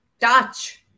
touch